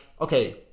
okay